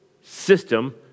system